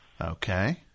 Okay